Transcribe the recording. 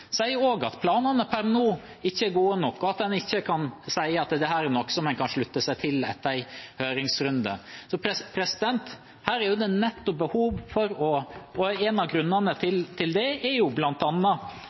at planene per nå ikke er gode nok, at en ikke kan si at dette er noe en kan slutte seg til etter en høringsrunde. En av grunnene til det er bl.a. det som direktøren i plan- og bygningsetaten selv sa til